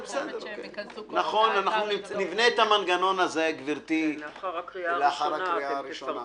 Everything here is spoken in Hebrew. נבנה את המנגנון הזה לאחר הקריאה הראשונה.